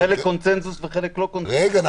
חלק בקונצנזוס וחלק לא.